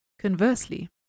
Conversely